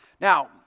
Now